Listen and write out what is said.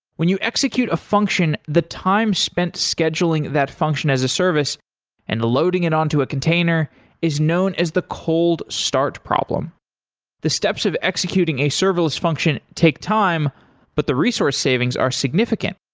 when you execute a function, the time spent scheduling that function as a service and loading it onto a container is known as the cold start problem the steps of executing a serverless function take time but the resource savings are significant.